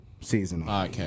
seasonal